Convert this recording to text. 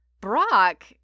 Brock